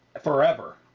forever